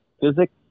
physics